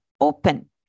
open